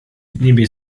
niebie